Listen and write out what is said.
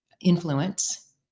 influence